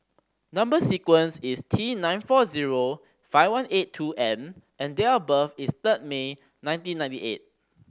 number sequence is T nine four zero five one eight two N and date of birth is third May nineteen ninety eight